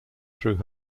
through